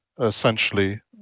essentially